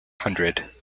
hundred